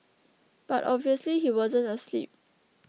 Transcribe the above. but obviously he wasn't asleep